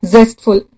Zestful